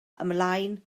ymlaen